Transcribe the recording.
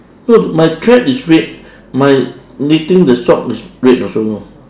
so my thread is red my knitting the sock is red also know